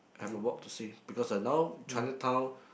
have a walk to see because like now Chinatown